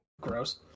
Gross